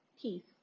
teeth